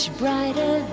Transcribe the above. brighter